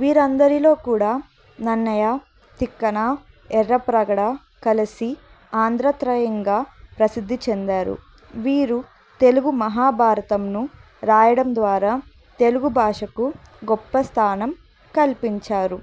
వీరందరిలో కూడా నన్నయ తిక్కన ఎర్రప్రగడ కలసి ఆంధ్ర త్రయంగా ప్రసిద్ధి చెందారు వీరు తెలుగు మహాభారతంను రాయడం ద్వారా తెలుగు భాషకు గొప్ప స్థానం కల్పించారు